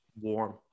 warm